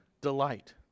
delight